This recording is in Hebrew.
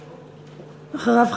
אחריו,